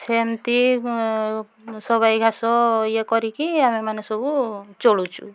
ସେମତି ସବାଇ ଘାସ ଇଏ କରିକି ଆମେମାନେ ସବୁ ଚଳୁଛୁ